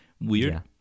weird